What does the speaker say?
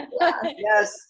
Yes